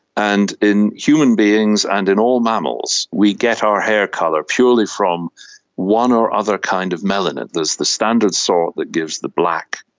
and in human beings and in all mammals we get our hair colour purely from one or other kind of melanin. there's the standard sort that gives the black,